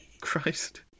Christ